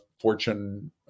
Fortune